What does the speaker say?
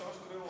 בשלוש קריאות.